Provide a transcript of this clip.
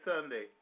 Sunday